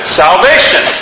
salvation